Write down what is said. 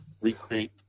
recreate